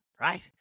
right